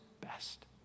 best